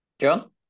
John